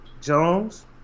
Jones